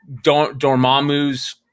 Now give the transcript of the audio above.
dormammu's